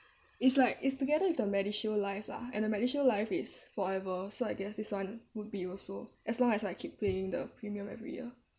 is like is together with the MediShield life lah and the MediShield life is forever so I guess this one would be also as long as I keep paying the premium every year